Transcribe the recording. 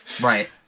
Right